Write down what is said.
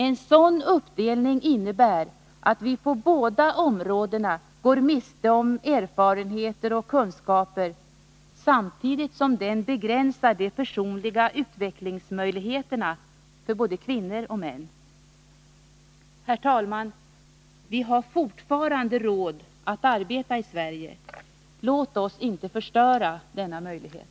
En sådan uppdelning innebär att vi på båda områdena går miste om erfarenheter och kunskaper, samtidigt som den begränsar de personliga utvecklingsmöjligheterna för både män och kvin Herr talman! Vi har fortfarande råd att arbeta i Sverige. Låt oss inte förstöra denna möjlighet.